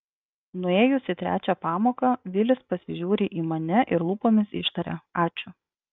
nuėjus į trečią pamoką vilis pasižiūri į mane ir lūpomis ištaria ačiū